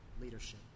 leadership